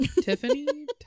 Tiffany